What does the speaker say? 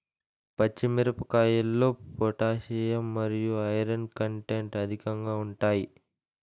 పచ్చి మిరపకాయల్లో పొటాషియం మరియు ఐరన్ కంటెంట్ అధికంగా ఉంటాయి